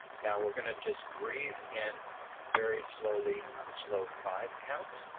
now, we're gonna just breathe in very slowly on a slow five-count.